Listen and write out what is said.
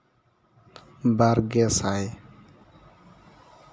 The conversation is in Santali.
ᱵᱟᱨᱜᱮ ᱥᱟᱭ